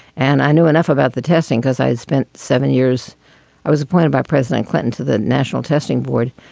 and i knew enough about the testing because i had spent seven years i was appointed by president clinton to the national testing board.